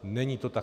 Není to tak.